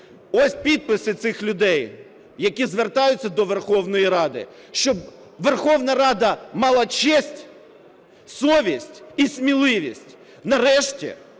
Ось підписи цих людей, які звертаються до Верховної Ради, щоб Верховна Рада мала честь, совість і сміливість нарешті